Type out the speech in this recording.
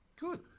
Good